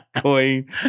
Queen